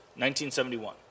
1971